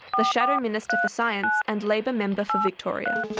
the shadow minister for science and labor member for victoria.